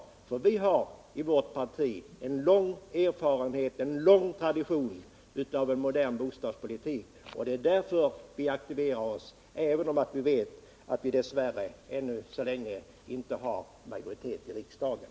Vi har nämligen i vårt parti lång erfarenhet av att som tradition bedriva en modern bostadspolitik, och det är därför vi aktiverar oss trots att vi vet att vi dess värre ännu så länge inte har majoritet i riksdagen.